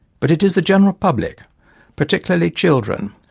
but it is the general public particularly children,